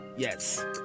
Yes